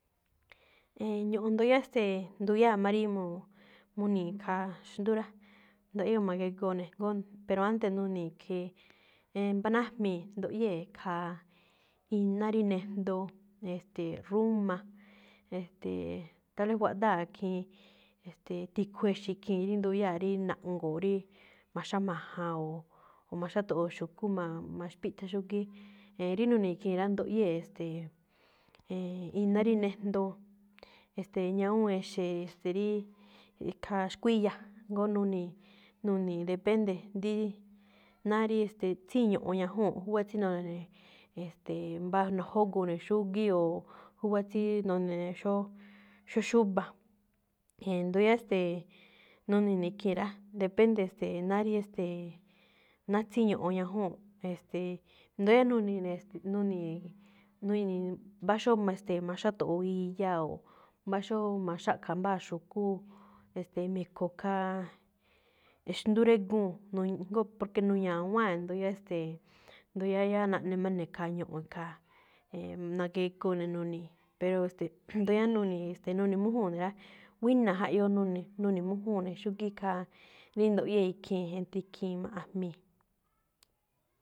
E̱e̱n, ño̱ꞌo̱n nduyáá ste̱e̱, nduyáa̱ máꞌ rí mu̱- muni̱i̱ khaa xndú rá, ndaꞌyóo ma̱geꞌgoo ne̱, jngó. Pero antes nuni̱i̱ khee mbá nájmii̱ nduꞌyée̱ khaa iná rí nejndoo, e̱ste̱e̱, rúma. E̱ste̱e̱, al vez guaꞌdáa̱ khiin, tikhu exi̱ khii̱n rí nduyáa̱ rí na̱ꞌngo̱o̱ rí ma̱xáma̱jan, oo ma̱xáto̱ꞌo̱o̱ xúkú ma̱a̱- maxpíꞌthá xúgíí, e̱e̱n, rí nuni̱i̱ ikhii̱n rá, nduꞌyée̱ e̱ste̱e̱, e̱e̱n iná rí nejndoo. E̱ste̱e̱, ñawúun exe̱, ste̱ rí, ikhaa xkuíya̱, jngó nuni̱i̱, nuni̱i̱ depende ndí, náá rí e̱ste̱e̱, tsíin ño̱ꞌo̱n ñajúu̱n. Júwá tsí, nune̱, e̱ste̱e̱, mbá nojógoo ne̱ xúgíí, oo júwá tsí none̱ xóo, xóo xúba̱. E̱ndo̱ó yáá ste̱e̱, nune̱ ne̱ khii̱n rá, depende, ste̱e̱, náá rí e̱ste̱e̱, náá tsí ño̱ꞌo̱n ñajúu̱n. E̱ste̱e̱, ndóo yáá nuni̱i̱ ne̱, nuni̱i̱ mbá xóo ma̱, ste̱e̱, ma̱xáto̱ꞌo̱o̱ iya, oo mbá xóo ma̱xáꞌkha̱ mbáa xu̱kú, e̱ste̱e̱, me̱kho̱ khaa xndú régúu̱n, jngo porque nu̱ña̱wáa̱n ndu yáá, ste̱e̱, ndóo yáá- yáá naꞌne máꞌ ne̱ khaa ño̱ꞌo̱n khaa, e̱e̱n, nagegoo ne̱ nuni̱i̱. Pero e̱ste̱e̱, ndó yáá nuni̱i̱, nuni̱i̱mújúu̱n ne̱ rá, buína̱ jaꞌyoo nune̱, nune̱mújúu̱n ne̱ xúgíí khaa rí nduꞌyée̱ ikhii̱n entre ikhii̱n máꞌ, a̱jmii̱.